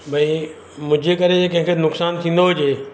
भई मुंहिंजे करे ईअं कंहिंखे नुक़सानु थींदो हुजे